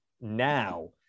Now